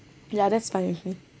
the others fine with me